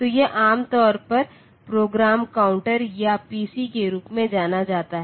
तो यह आमतौर पर प्रोग्राम काउंटर या पीसी के रूप में जाना जाता है